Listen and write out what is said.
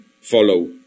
follow